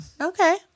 okay